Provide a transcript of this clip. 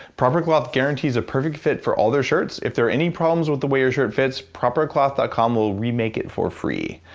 guarantees a perfect fit for all their shirts. if there are any problems with the way your shirt fits, propercloth dot com will remake it for free.